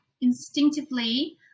instinctively